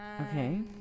Okay